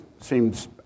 seems